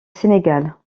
sénégal